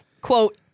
quote